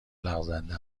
لغزنده